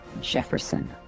Jefferson